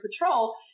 patrol